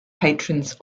patrons